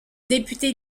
député